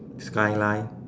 skyline